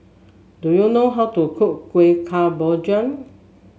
do you know how to cook Kueh Kemboja